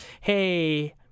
hey